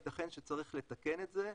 ייתכן שצריך לתקן את זה.